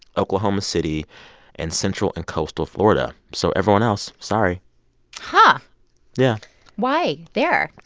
oklahoma city and central and coastal florida. so everyone else sorry huh yeah why there?